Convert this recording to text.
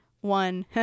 one